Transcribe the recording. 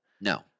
No